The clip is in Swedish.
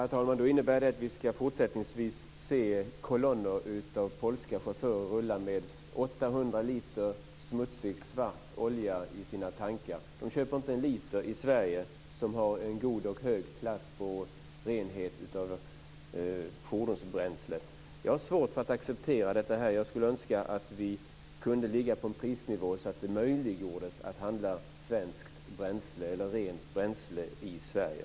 Herr talman! Då innebär det att vi även fortsättningsvis ska se kolonner med polska bilar rulla med 800 liter smutsig svart olja i sina tankar. De köper inte en liter i Sverige som har en god och hög klass på renhet i fordonsbränslet. Jag har svårt att acceptera det. Jag skulle önska att vi kunde ligga på en prisnivå som gör det möjligt att handla rent bränsle i Sverige.